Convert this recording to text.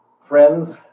friends